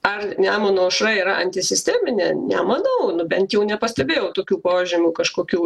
ar nemuno aušra yra antisisteminė nemanau na bent jau nepastebėjau tokių požymių kažkokių